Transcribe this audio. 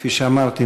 כפי שאמרתי,